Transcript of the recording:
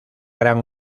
gran